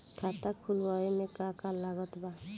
खाता खुलावे मे का का लागत बा?